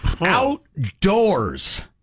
outdoors